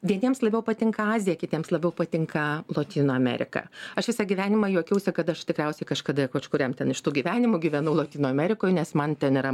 vieniems labiau patinka azija kitiems labiau patinka lotynų amerika aš visą gyvenimą juokiausi kad aš tikriausiai kažkada kažkuriam ten iš tų gyvenimų gyvenau lotynų amerikoj nes man ten yra